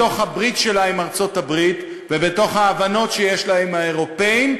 בתוך הברית שלה עם ארצות-הברית ובתוך ההבנות שיש לה עם האירופים,